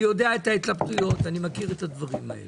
אני יודע את ההתלבטויות ואני מכיר את הדברים האלה.